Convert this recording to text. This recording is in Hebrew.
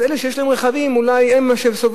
אז אלה שיש להם רכבים אולי הם שסובלים.